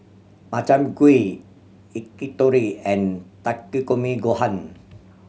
Makchang Gui Yakitori and Takikomi Gohan